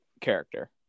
character